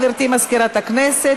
גברתי מזכירת הכנסת,